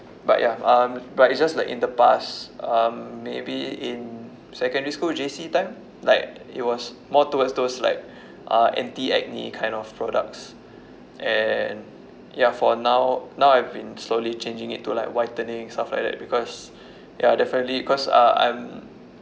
but ya um but it's just like in the past um maybe in secondary school J_C time like it was more towards those like uh anti acne kind of products and ya for now now I've been slowly changing it to like whitening stuff like that because ya definitely because uh I'm